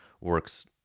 works